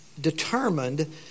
determined